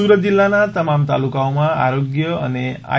તો સુરત જિલ્લાના તમામ તાલુકાઓમાં આરોગ્ય અને આઈ